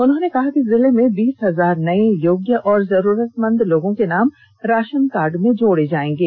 उन्होंने कहा कि जिले में बीस हजार नए योग्य और जरूरतमंद लोगों के नाम राशन कार्ड में जोड़े जाएंगे